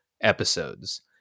episodes